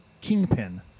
Kingpin